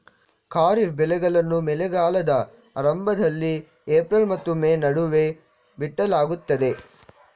ಖಾರಿಫ್ ಬೆಳೆಗಳನ್ನು ಮಳೆಗಾಲದ ಆರಂಭದಲ್ಲಿ ಏಪ್ರಿಲ್ ಮತ್ತು ಮೇ ನಡುವೆ ಬಿತ್ತಲಾಗುತ್ತದೆ